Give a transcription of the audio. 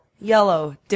Yellow